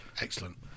Excellent